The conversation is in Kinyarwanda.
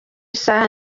isaha